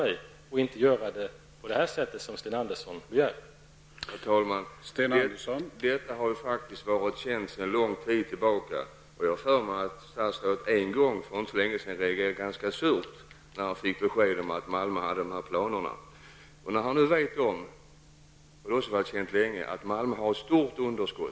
Jag vill inte göra på det sätt som Sten Andersson begär.